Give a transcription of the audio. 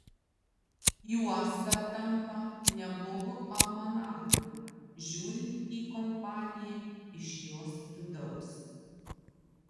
juosta tampa neblogu almanachu žiūrint į kompaniją iš jos vidaus